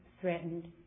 threatened